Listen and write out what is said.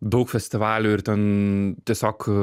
daug festivalių ir ten tiesiog